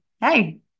Hey